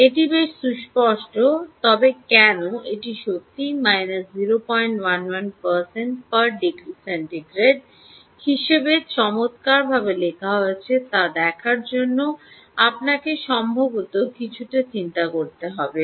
এটি বেশ সুস্পষ্ট তবে কেন এটি সত্যিই 011 ° C হিসাবে চমত্কারভাবে লেখা হয়েছে তা দেখার জন্য আপনাকে সম্ভবত কিছুটা চিন্তা করতে হবে